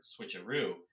switcheroo